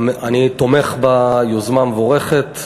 אני תומך ביוזמה המבורכת.